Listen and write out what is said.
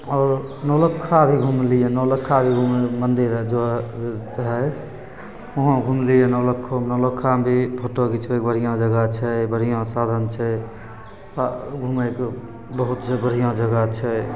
आओर नौलक्खा भी घुमलिए नौलक्खा जे मन्दिर हइ जो हइ वहाँ घुमलिए नौलक्खोमे नौलक्खामे भी फोटो घिचबैके बढ़िआँ जगह छै बढ़िआँ साधन छै ओतै घुमैके बहुत बढ़िआँ जगह छै